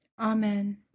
Amen